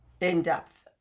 in-depth